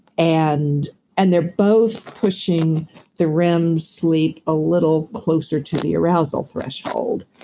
and and they're both pushing the rem sleep a little closer to the arousal threshold,